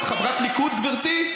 את חברת ליכוד, גברתי?